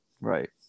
right